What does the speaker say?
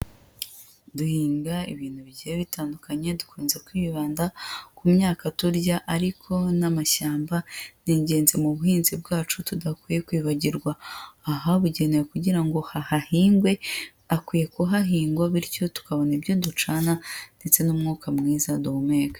Duhinga ibintu bigiyeye bitandukanye, dukunze kwibanda ku myaka turya, ariko n'amashyamba ni ingenzi mu buhinzi bwacu tudakwiye kwibagirwa, ahabugenewe kugira ngo hahahingwe, akwiye kuhahinga bityo tukabona ibyo ducana ndetse n'umwuka mwiza duhumeka.